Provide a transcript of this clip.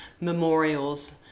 memorials